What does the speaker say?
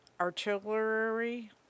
artillery